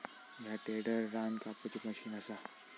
ह्या टेडर रान कापुची मशीन असा